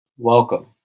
Welcome